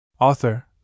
Author